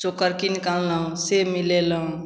चोकर किनिकऽ आनलहुँ से मिलेलहुँ